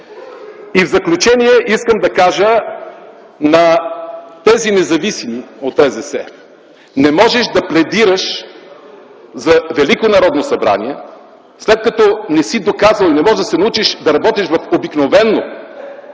В заключение искам да кажа на тези независими от РЗС: не можеш да пледираш за Велико Народно събрание, след като не си доказал и не можеш да се научиш да работиш в Обикновено,